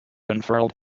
unfurled